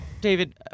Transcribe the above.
David